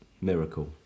Miracle